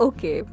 Okay